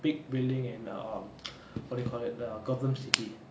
big building and err what you call it the gotham city